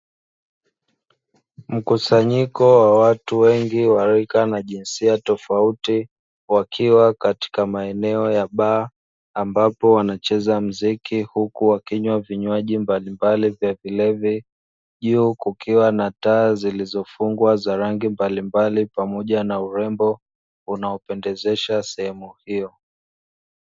Mkusanyiko wa watu wengi waliorika na jinsia tofauti wakiwa katika maeneo ya baa ambapo wanacheza muziki huku wakinywa vinywaji mbalimbali juu kukiwa na taa zilizofungwa za rangi mbalimbali pamoja na eti urembo unaopendezesha sehemu hiyo.